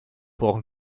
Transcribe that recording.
brauchen